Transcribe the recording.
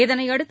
இதனையடுத்து